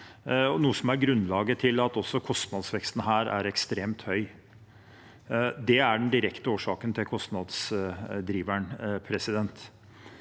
noe som er grunnlaget for at også kostnadsveksten her er ekstremt høy. Det er den direkte årsaken til kostnadsdriveren, og det